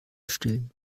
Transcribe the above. stillen